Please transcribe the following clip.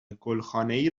گلخانهای